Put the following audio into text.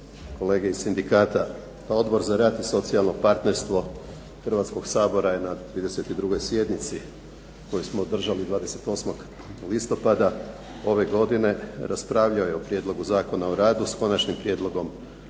kolege iz sindikata. Pa Odbor za rad i socijalno partnerstvo Hrvatskog sabora je na 32. sjednici koju smo održali 28. listopada ove godine, raspravljao je o Prijedlogu zakona o radu s konačnim prijedlogom